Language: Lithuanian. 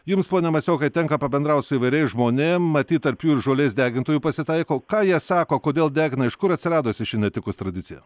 jums pone masiokai tenka pabendraut su įvairiais žmonėm matyt tarp jų ir žolės degintojų pasitaiko ką jie sako kodėl degina iš kur atsiradusi ši netikus tradicija